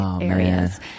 areas